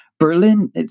Berlin